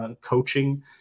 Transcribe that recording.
coaching